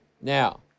Now